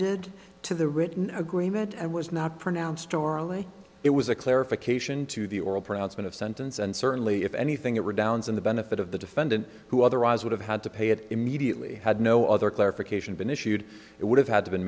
appended to the written agreement and was not pronounced orally it was a clarification to the oral pronouncement of sentence and certainly if anything it redounds in the benefit of the defendant who otherwise would have had to pay it immediately had no other clarification been issued it would have had to been